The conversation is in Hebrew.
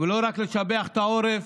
לא רק לשבח את העורף,